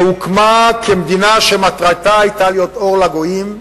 שהוקמה כמדינה שמטרתה היתה להיות אור לגויים,